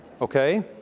Okay